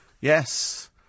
Yes